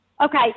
Okay